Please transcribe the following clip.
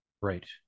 Right